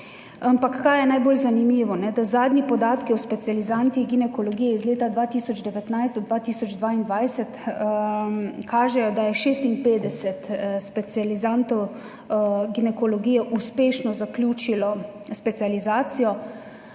Ampak kaj je najbolj zanimivo? Da zadnji podatki o specializantih ginekologije iz leta 2019 do 2022 kažejo, da je 56 specializantov ginekologije uspešno zaključilo specializacijo.